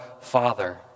Father